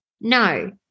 No